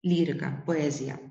lyriką poeziją